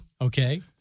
Okay